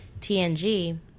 TNG